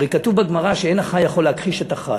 הרי כתוב בגמרא שאין החי יכול להכחיש את החי.